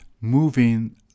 moving